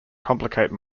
complicate